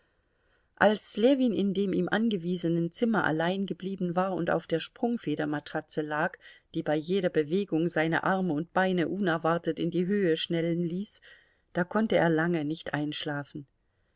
als ljewin in dem ihm angewiesenen zimmer allein geblieben war und auf der sprungfedermatratze lag die bei jeder bewegung seine arme und beine unerwartet in die höhe schnellen ließ da konnte er lange nicht einschlafen